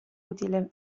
utile